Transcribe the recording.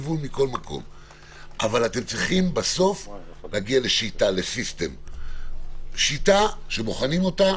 אבל בסוף אתם צריכים להגיע לשיטה שבוחנים אותה,